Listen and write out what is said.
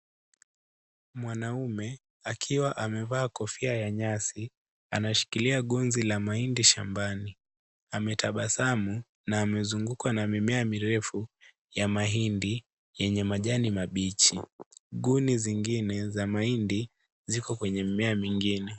Mwanaume akiwa amevaa kofia ya nyasi anshikilia gonzi la mahindi shambani, ametabasamu na amezungukwa na mimmea mirefu ya mahindi yenye majani mabichi, guni zingine za mahindi ziko kwenye mimmea mingine.